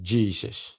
Jesus